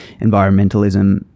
environmentalism